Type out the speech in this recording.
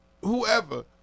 whoever